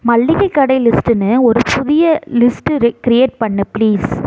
மளிகைக் கடை லிஸ்ட்டுனு ஒரு புதிய லிஸ்ட்டு க்ரியேட் பண்ணு ப்ளீஸ்